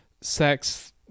sex